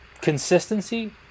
consistency